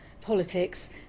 politics